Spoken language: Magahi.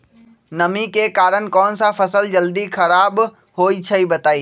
नमी के कारन कौन स फसल जल्दी खराब होई छई बताई?